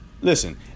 listen